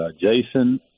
Jason